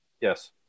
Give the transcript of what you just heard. yes